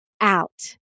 out